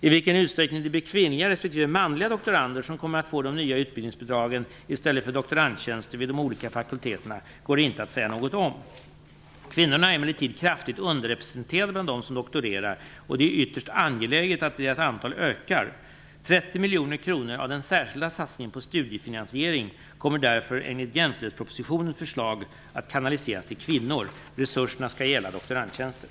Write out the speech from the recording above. I vilken utsträckning det blir kvinnliga respektive manliga doktorander som kommer att få de nya utbildningsbidragen i stället för doktorandtjänster vid de olika fakulteterna går det inte att säga någonting om. Kvinnorna är emellertid kraftigt underrepresenterade bland dem som doktorerar. Det är ytterst angeläget att deras antal ökar. 30 miljoner kronor av den särskilda satsningen på studiefinansiering kommer därför att enligt jämställdhetspropositionens förslag att kanaliseras till kvinnor. Resurserna skall gälla doktorandtjänster.